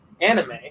anime